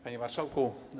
Panie Marszałku!